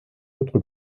autres